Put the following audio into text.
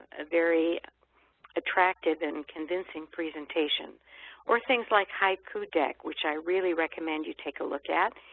a very attractive and convincing presentation or things like haikudeck, which i really recommend you take a look at,